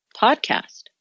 Podcast